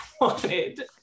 wanted